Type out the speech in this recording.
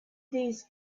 these